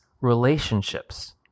relationships